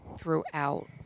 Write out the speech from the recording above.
throughout